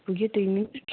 पुग्यो दुई मिनेट